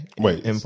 Wait